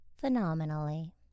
Phenomenally